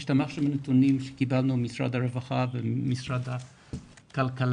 השתמשנו בנתונים שקיבלנו ממשרד הרווחה וממשרד הכלכלה,